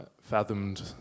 fathomed